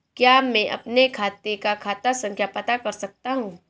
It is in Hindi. क्या मैं अपने खाते का खाता संख्या पता कर सकता हूँ?